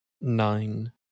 nine